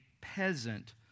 peasant